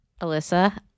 Alyssa